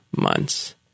months